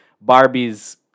Barbie's